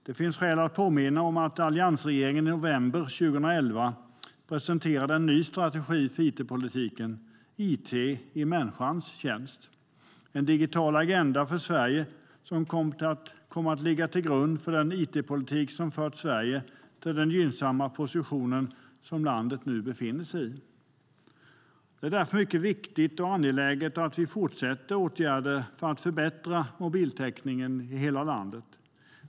Det finns skäl att påminna om att alliansregeringen i november 2011 presenterade en ny strategi för it-politiken, It i människans tjänst - en digital agenda för Sverige , som kom att ligga till grund för den it-politik som har fört Sverige till den gynnsamma position som landet nu befinner sig i. Det är därför mycket viktigt och angeläget med fortsatta åtgärder för att förbättra mobiltäckningen i hela landet.